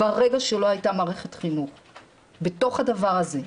ברגע שלא הייתה מערכת חינוך בתוך הדבר הזה,